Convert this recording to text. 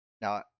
Now